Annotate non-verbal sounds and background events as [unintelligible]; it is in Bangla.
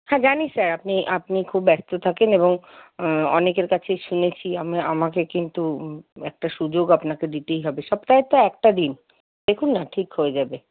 হ্যাঁ জানি স্যার আপনি আপনি খুব ব্যস্ত থাকেন এবং অনেকের কাছেই শুনেছি [unintelligible] আমাকে কিন্তু একটা সুযোগ আপনাকে দিতেই হবে সপ্তাহে তো একটা দিন দেখুন না ঠিক হয়ে যাবে